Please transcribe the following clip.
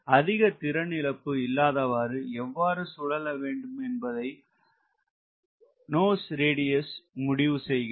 அதிக திறன் இழப்பு இல்லாதவாறு எவ்வளவு சுழல வேண்டும் என்பதை மூக்கு ஆரம் முடிவு செய்கிறது